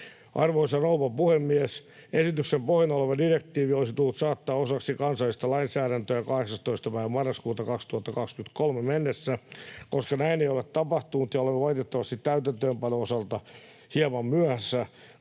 Arvoisa rouva puhemies! Esityksen pohjana oleva direktiivi olisi tullut saattaa osaksi kansallista lainsäädäntöä 18. päivä marraskuuta 2023 mennessä. Koska näin ei ole tapahtunut ja olemme valitettavasti täytäntöönpanon osalta hieman myöhässä,